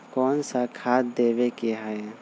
कोन सा खाद देवे के हई?